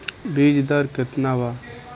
बीज दर केतना वा?